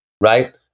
right